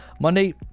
monday